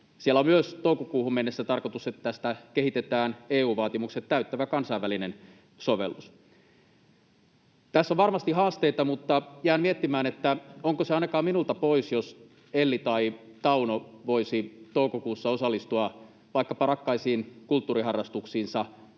Siellä on myös tarkoitus, että toukokuuhun mennessä tästä kehitetään EU-vaatimukset täyttävä kansainvälinen sovellus. Tässä on varmasti haasteita, mutta jään miettimään, onko se ainakaan minulta pois, jos Elli tai Tauno voisi toukokuussa osallistua vaikkapa rakkaisiin kulttuuriharrastuksiinsa